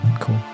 cool